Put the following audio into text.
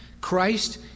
Christ